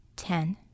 Ten